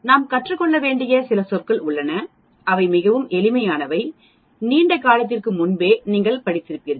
நாம் கற்றுக்கொள்ள வேண்டிய சில சொற்கள் உள்ளன அவை மிகவும் எளிமையானவை நீண்ட காலத்திற்கு முன்பே படித்திருப்பீர்கள்